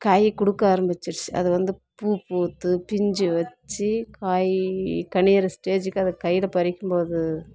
காய் கொடுக்க ஆரம்பிச்சிருச்சு அது வந்து பூப்பூத்து பிஞ்சு வச்சு காய் கனியிற ஸ்டேஜிக்கு அதை கையில் பறிக்கும் போது